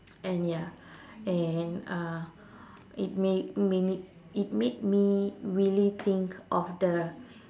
and ya and uh it made made me it made me really think of the